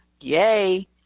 Yay